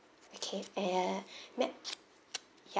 okay uh may I yup